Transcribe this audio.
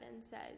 says